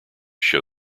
show